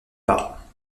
pas